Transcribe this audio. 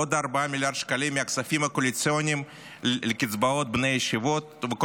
עוד 4 מיליארד שקלים מהכספים הקואליציוניים לקצבאות בני הישיבות וכל